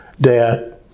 Dad